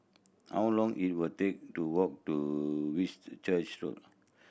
how long it were take to walk to Whitchurch Road